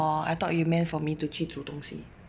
oh I thought you meant for me to 去煮东西